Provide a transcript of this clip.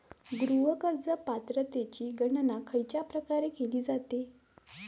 गृह कर्ज पात्रतेची गणना खयच्या प्रकारे केली जाते?